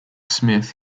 smith